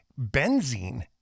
benzene